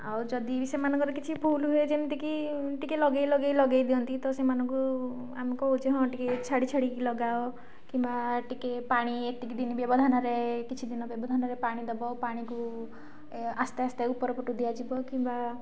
ଆଉ ଯଦି ସେମାନଙ୍କର କିଛି ଭୁଲ୍ ହୁଏ ଯେମିତିକି ଟିକିଏ ଲଗେଇ ଲଗେଇ ଲଗେଇ ଦିଅନ୍ତି ତ ସେମାନଙ୍କୁ ଆମେ କହୁଛୁ ହଁ ଟିକିଏ ଛାଡ଼ି ଛାଡ଼ିକି ଲଗାଅ କିମ୍ବା ଟିକିଏ ପାଣି ଏତିକି ଦିନ ବ୍ୟବଧାନରେ କିଛି ଦିନ ବ୍ୟବଧାନରେ ପାଣି ଦେବ ପାଣିକୁ ଏ ଆସ୍ତେ ଆସ୍ତେ ଉପର ପଟୁ ଦିଆଯିବ କିମ୍ବା